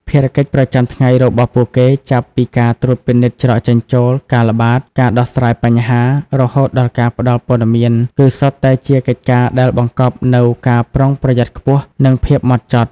ភារកិច្ចប្រចាំថ្ងៃរបស់ពួកគេ ចាប់ពីការត្រួតពិនិត្យច្រកចេញចូល ការល្បាត ការដោះស្រាយបញ្ហា រហូតដល់ការផ្តល់ព័ត៌មាន គឺសុទ្ធតែជាកិច្ចការដែលបង្កប់នូវការប្រុងប្រយ័ត្នខ្ពស់ និងភាពម៉ត់ចត់។